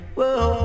Whoa